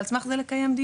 ועל סמך זה לקיים דיון.